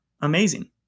amazing